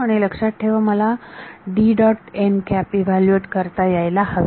आणि लक्षात ठेवा त्यामध्ये मला इव्हॅल्यूएट करता यायला हवे